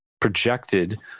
projected